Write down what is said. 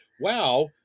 Wow